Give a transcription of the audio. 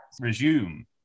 Resume